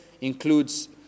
Includes